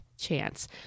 chance